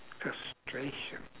frustration